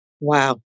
wow